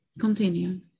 Continue